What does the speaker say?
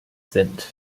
sind